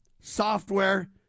software